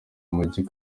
mujyi